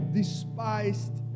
despised